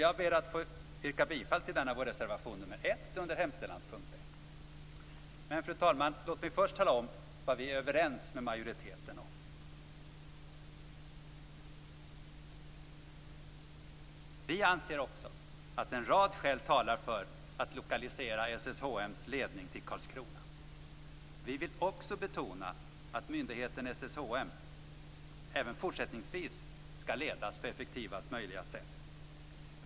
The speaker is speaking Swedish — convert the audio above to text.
Jag ber att få yrka bifall till denna vår reservation nr 1 under hemställanspunkt 1. Fru talman! Låt mig först tala om vad vi är överens med majoriteten om. Också vi anser att en rad skäl talar för att lokalisera SSHM:s ledning till Karlskrona. Också vi vill betona att myndigheten SSHM även fortsättningsvis skall ledas på effektivast möjliga sätt.